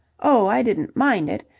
oh, i didn't mind it.